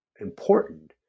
important